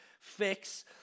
fix